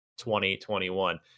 2021